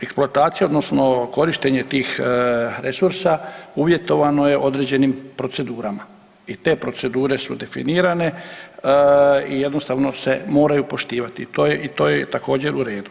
Eksploatacija odnosno korištenje tih resursa uvjetovano je određenim procedurama i te procedure su definirane i jednostavno se moraju poštivati i to je također u redu.